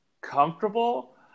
comfortable